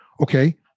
okay